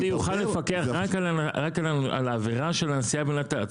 אבל הוא יוכל לפקח רק על עבירה של הנסיעה בנת"ץ,